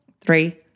three